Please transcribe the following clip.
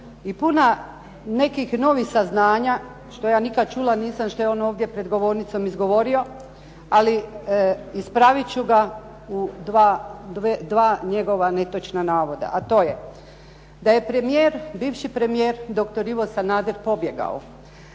i puna nekih novih saznanja, što ja nikada nisam čula, što je on ovdje pred govornicom izgovorio, ali ispravit ću ga u dva netočna navoda. A to je da je premije, bivši premijer doktor Ivo Sanader pobjegao